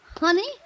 Honey